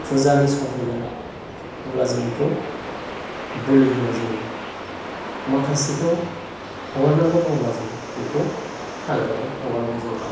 फुजानि सम फैगोन अब्ला जों बेखौ बोलि होनाय जायो माखासेखौ हगारनांगौ दङब्ला जों बेखौ हाग्रायाव हगारहरनाय जायो